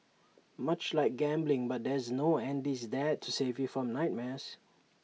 much like gambling but there's no Andy's Dad to save you from nightmares